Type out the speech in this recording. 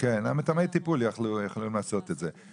מתאמי הטיפול יכולים לעשות את זה.